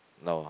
no